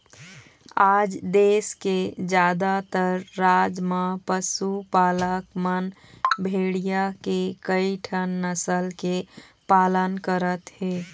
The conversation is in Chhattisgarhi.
आज देश के जादातर राज म पशुपालक मन भेड़िया के कइठन नसल के पालन करत हे